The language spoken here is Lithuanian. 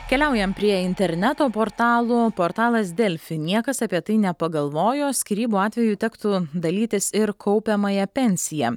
keliaujam prie interneto portalų portalas delfi niekas apie tai nepagalvojo skyrybų atveju tektų dalytis ir kaupiamąją pensiją